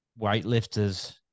weightlifters